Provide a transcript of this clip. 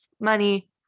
money